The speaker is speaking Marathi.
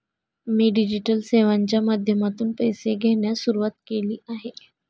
मी डिजिटल सेवांच्या माध्यमातून पैसे घेण्यास सुरुवात केली आहे